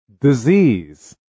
Disease